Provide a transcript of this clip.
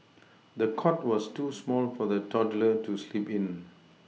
the cot was too small for the toddler to sleep in